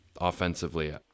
offensively